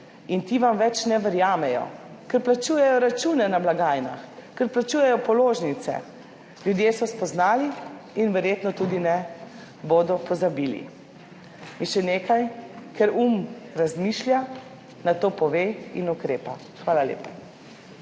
in ti vam več ne verjamejo, ker plačujejo račune na blagajnah, ker plačujejo položnice. Ljudje so spoznali in verjetno tudi ne bodo pozabili. In še nekaj, ker um razmišlja, nato pove in ukrepa. Hvala lepa.